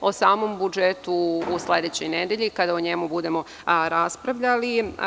O samom budžetu u sledećoj nedelji, kada o njemu budemo raspravljali.